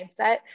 mindset